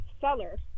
seller